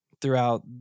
throughout